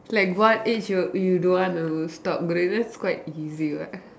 like what age you don't want to stop growing that's quite easy what